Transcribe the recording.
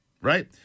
Right